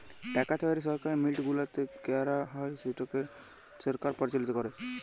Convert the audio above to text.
টাকা তৈরি সরকারি মিল্ট গুলাতে ক্যারা হ্যয় যেটকে সরকার পরিচালিত ক্যরে